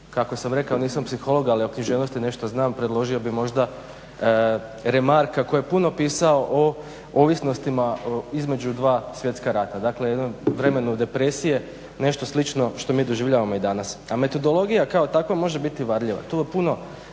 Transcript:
kako sam rekao nisam psiholog ali o književnosti nešto znam, predložio bih možda Re Marca koji je puno pisao o ovisnostima između dva svjetska rata, dakle jednom vremenu depresije, nešto slično što mi doživljavamo i danas. A metodologija kao takva može biti varljiva. Tu puno